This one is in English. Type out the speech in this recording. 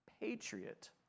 patriot